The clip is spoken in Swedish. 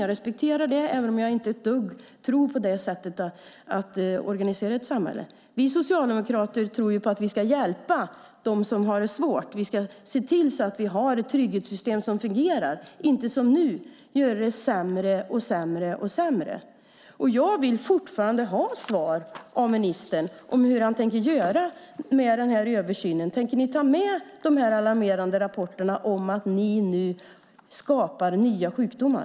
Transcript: Jag respekterar det, även om jag inte tror ett dugg på detta sätt att organisera ett samhälle. Vi socialdemokrater tror på att vi ska hjälpa dem som har det svårt. Vi ska se till att vi har ett trygghetssystem som fungerar. Vi ska inte göra det allt sämre, som nu. Jag vill fortfarande ha svar av ministern på hur han tänker göra med översynen. Tänker ni ta med de alarmerande rapporterna om att ni nu skapar nya sjukdomar?